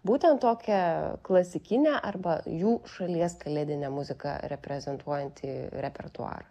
būtent tokią klasikinę arba jų šalies kalėdinę muziką reprezentuojantį repertuarą